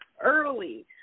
early